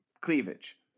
cleavage